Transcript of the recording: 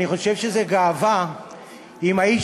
אני חושב שזו גאווה אם האיש,